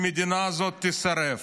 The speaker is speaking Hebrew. שהמדינה הזאת תישרף.